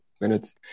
minutes